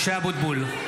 משה אבוטבול,